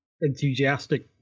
enthusiastic